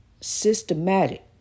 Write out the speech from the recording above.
systematic